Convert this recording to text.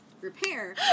repair